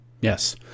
Yes